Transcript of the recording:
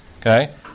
Okay